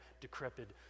decrepit